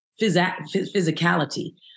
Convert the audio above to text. physicality